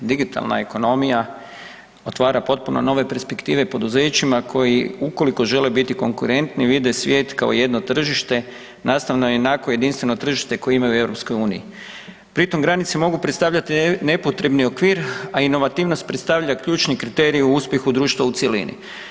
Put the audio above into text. Digitalna ekonomija otvara potpuno nove perspektive poduzećima koji ukoliko žele biti konkurentni vide svijet kao jedno tržište nastavno i onako jedinstveno tržište koje ima i u EU, pri tom granice mogu predstavljat nepotrebni okvir, a inovativnost predstavlja ključne kriterije u uspjehu društva u cjelini.